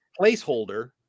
placeholder